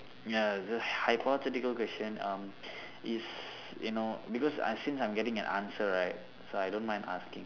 ya it's just hypothetical question um is you know because I since I'm getting an answer right so I don't mind asking